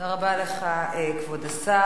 תודה רבה לך, כבוד השר.